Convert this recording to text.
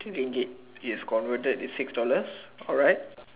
Ringgit is converted to six dollars